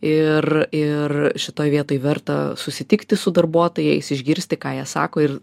ir ir šitoj vietoj verta susitikti su darbuotojais išgirsti ką jie sako ir